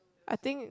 I think